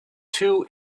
two